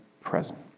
present